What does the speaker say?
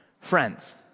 Friends